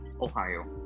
Ohio